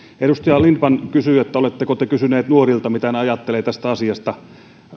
edustaja lindtman kysyi että oletteko te kysyneet nuorilta mitä he ajattelevat tästä asiasta